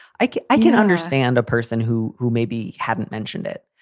like i can understand a person who who maybe hadn't mentioned it.